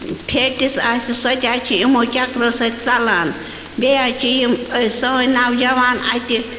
fats آسہِ سۄتہِ حظ چھِ یِمَو چَکرَو سۭتۍ ژلان بیٚیہِ حظ چھِ یِم سٲنۍ نَوجَوان اَتہِ